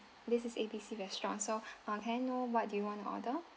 this is A B C restaurant so uh can I know what do you wanna order